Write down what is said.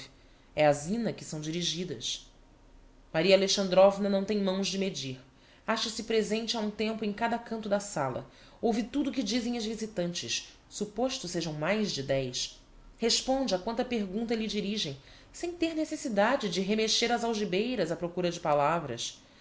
é á zina que são dirigidas maria alexandrovna não tem mãos de medir acha-se presente a um tempo em cada canto da sala ouve tudo que dizem as visitantes supposto sejam mais de dez responde a quanta pergunta lhe dirigem sem ter necessidade de remexer as algibeiras á procura de palavras